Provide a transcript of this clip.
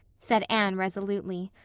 said anne resolutely.